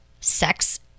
Sex